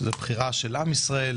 שהיא בחירה של עם ישראל.